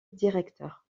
directeur